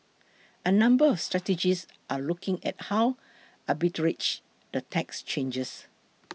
a number of strategists are looking at how arbitrage the tax changes